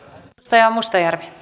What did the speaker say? arvoisa